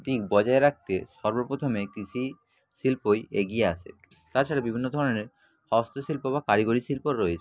দিক বজায় রাখতে সর্ব প্রথমে কৃষি শিল্পই এগিয়ে আসে তাছাড়া বিভিন্ন ধরনের হস্ত শিল্প বা কারিগরি শিল্প রয়েছে